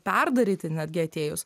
perdaryti netgi atėjus